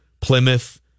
Plymouth